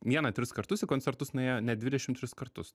vieną tris kartus į koncertus nuėjo net dvidešim tris kartus